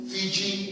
Fiji